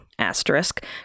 Asterisk